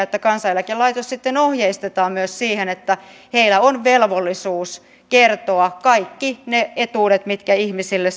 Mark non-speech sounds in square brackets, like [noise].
[unintelligible] että kansaneläkelaitos sitten ohjeistetaan myös siihen että heillä on velvollisuus kertoa kaikki ne etuudet mitkä ihmisille [unintelligible]